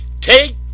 take